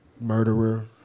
murderer